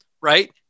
Right